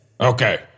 Okay